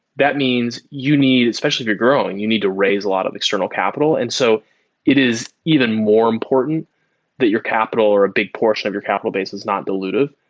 that means you need especially if you're growing, you need to raise a lot of external capital. and so it is even more important that your capital or a big portion of your capital base is not dilutive.